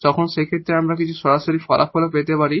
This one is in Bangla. তখন সেই ক্ষেত্রে আমরা কিছু সরাসরি ফলাফলও পেতে পারি